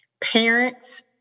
Parents